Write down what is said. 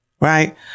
right